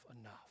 enough